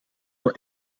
voor